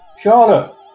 Charlotte